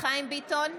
חיים ביטון,